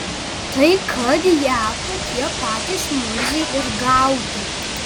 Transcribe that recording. tai kad ją tokie patys murziai ir gaudė